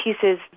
pieces